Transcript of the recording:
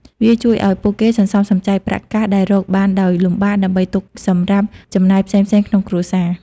វាជួយឲ្យពួកគេសន្សំសំចៃប្រាក់កាក់ដែលរកបានដោយលំបាក ដើម្បីទុកសម្រាប់ចំណាយផ្សេងៗក្នុងគ្រួសារ។